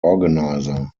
organizer